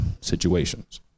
situations